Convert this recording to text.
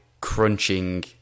crunching